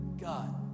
God